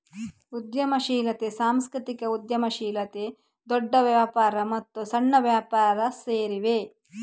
ಉದ್ಯಮಶೀಲತೆ, ಸಾಂಸ್ಕೃತಿಕ ಉದ್ಯಮಶೀಲತೆ, ದೊಡ್ಡ ವ್ಯಾಪಾರ ಮತ್ತು ಸಣ್ಣ ವ್ಯಾಪಾರ ಸೇರಿವೆ